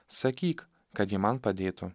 sakyk kad ji man padėtų